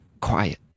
Quiet